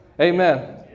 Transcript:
Amen